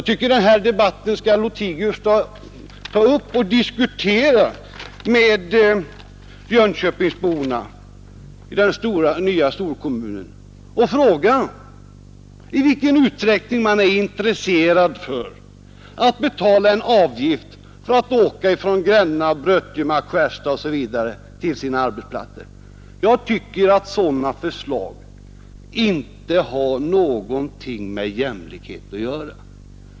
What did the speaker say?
Herr Lothigius borde diskutera denna sak med jönköpingsborna och invånarna i den nya storkommunen. Han bör fråga dem i vilken utsträckning de är intresserade för att betala en avgift för att åka från Gränna, Brötjemark, Skärstad osv. till sina arbetsplatser. Sådana förslag har ingenting med jämlikhet att göra.